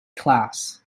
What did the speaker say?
class